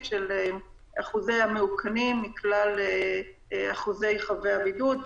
של אחוזי המאוכנים מכלל אחוזי חבי הבידוד.